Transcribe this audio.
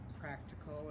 practical